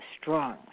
strong